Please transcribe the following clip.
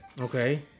Okay